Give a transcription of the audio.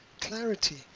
Clarity